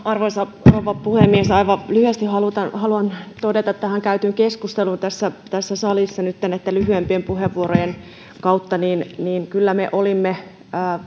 arvoisa rouva puhemies aivan lyhyesti haluan todeta tähän tässä tässä salissa nytten näitten lyhyempien puheenvuorojen kautta käytyyn keskusteluun että kyllä me olimme